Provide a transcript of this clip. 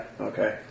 Okay